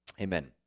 amen